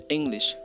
English